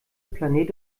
planet